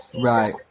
Right